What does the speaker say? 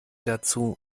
dazu